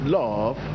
love